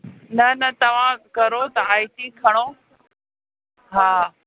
न न तव्हां करो तव्हां आई टी खणो हा